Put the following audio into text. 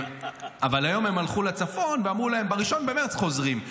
אבל היום הם הלכו לצפון ואמרו להם: ב-1 במרץ חוזרים.